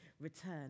return